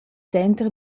denter